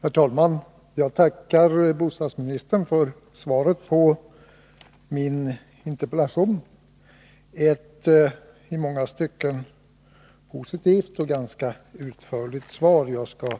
Herr talman! Jag tackar bostadsministern för svaret på min interpellation, ett i många stycken positivt och ganska utförligt svar. Jag skall